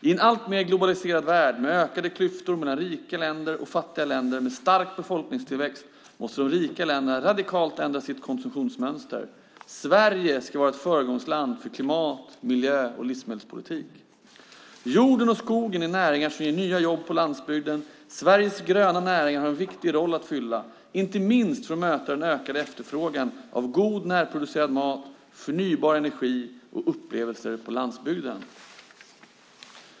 I en alltmer globaliserad värld med ökade klyftor mellan rika länder och fattiga länder med stark befolkningstillväxt måste de rika länderna radikalt ändra sitt konsumtionsmönster. Sverige ska vara ett föregångsland för klimat-, miljö och livsmedelspolitik. Jorden och skogen är näringar som ger nya jobb på landsbygden. Sveriges gröna näringar har en viktig roll att fylla, inte minst för att möta den ökade efterfrågan på god närproducerad mat, förnybar energi och upplevelser på landsbygden.